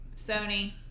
Sony